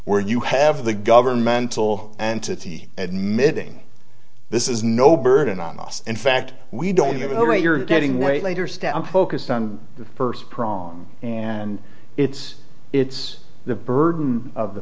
where you have the governmental entity admitting this is no burden on us in fact we don't even hear you're getting way later stat i'm focused on the first prong and it's it's the burden of the